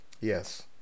Yes